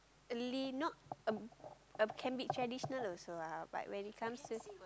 really not uh can be traditional also ah but when it comes to